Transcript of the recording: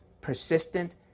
persistent